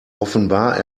offenbar